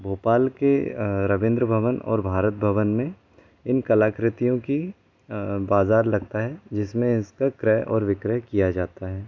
भोपाल के रविंद्र भवन और भारत भवन में इन कलाकृतियों की बाज़ार लगता है जिसमें इस का क्रय और विक्रय किया जाता है